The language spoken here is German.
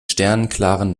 sternenklaren